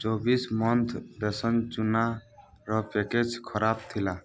ଚବିଶି ମନ୍ତ୍ର ବେସନ ଚୂନାର ପ୍ୟାକେଜିଂ ଖରାପ ଥିଲା